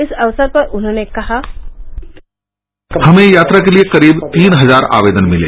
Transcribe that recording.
इस अवसर पर उन्होंने कहा हमें यात्रा के लिए करीब तीन हजार आवेदन मिले